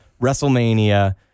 WrestleMania